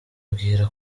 bibwira